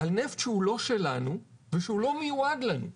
על נפט שהוא לא שלנו ושהוא לא מיועד לנו,